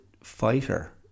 fighter